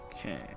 Okay